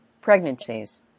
pregnancies